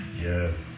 Yes